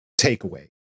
takeaway